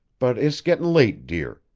but it's getting late, dear.